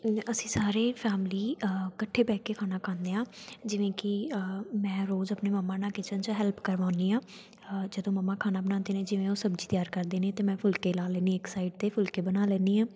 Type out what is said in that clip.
ਅਸੀਂ ਸਾਰੇ ਫੈਮਲੀ ਇਕੱਠੇ ਬਹਿ ਕੇ ਖਾਣਾ ਖਾਂਦੇ ਹਾਂ ਜਿਵੇਂ ਕਿ ਮੈਂ ਰੋਜ਼ ਆਪਣੇ ਮੰਮਾ ਨਾਲ ਕਿਚਨ 'ਚ ਹੈਲਪ ਕਰਵਾਉਂਦੀ ਹਾਂ ਜਦੋਂ ਮੰਮਾ ਖਾਣਾ ਬਣਾਉਂਦੇ ਨੇ ਜਿਵੇਂ ਉਹ ਸਬਜ਼ੀ ਤਿਆਰ ਕਰਦੇ ਨੇ ਅਤੇ ਮੈਂ ਫੁਲਕੇ ਲਾ ਲੈਂਦੀ ਇੱਕ ਸਾਈਡ 'ਤੇ ਫੁਲਕੇ ਬਣਾ ਲੈਂਦੀ ਹਾਂ